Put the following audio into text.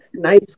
Nice